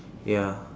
ya